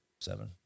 seven